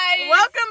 Welcome